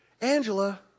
Angela